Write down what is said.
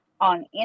on